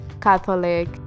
catholic